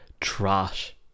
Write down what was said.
trash